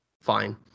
Fine